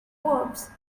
verbs